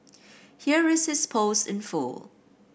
here is his post in full